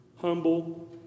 Humble